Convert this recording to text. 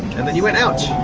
and then you went, ouch!